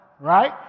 right